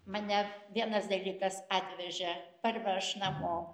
mane vienas dalykas atvežė parveš namo